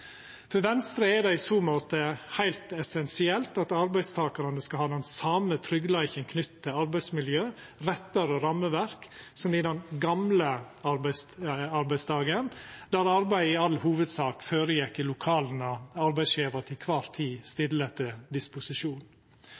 For Venstre er det i så måte heilt essensielt at arbeidstakarane skal ha den same tryggleiken knytt til arbeidsmiljø, rettar og rammeverk som i den «gamle» arbeidsdagen, der arbeidet i all hovudsak gjekk for seg i lokala arbeidsgjevar til kvar tid stilte til disposisjon.